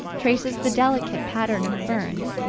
traces the delicate pattern of ferns,